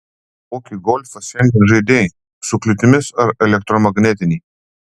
kokį golfą šiandien žaidei su kliūtimis ar elektromagnetinį